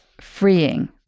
freeing